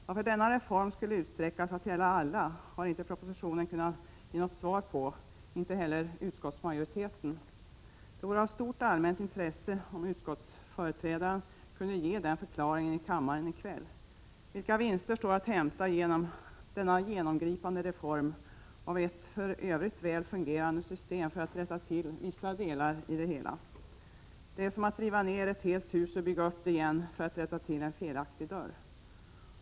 Varför denna reform skulle utsträckas att gälla alla har propositionen inte kunnat ge något svar på, inte heller utskottsmajoriteten. Det vore av stort allmänt intresse om utskottets företrädare kunde ge den förklaringen i kammaren i kväll. Vilka vinster står att hämta genom denna genomgripande reform av ett för övrigt väl fungerande system när man skulle rätta till vissa delar i det hela? Det är som att riva ner ett helt hus och bygga upp det igen för att rätta till en felaktig dörr.